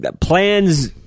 Plans